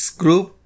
group